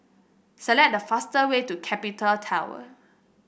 select the faster way to Capital Tower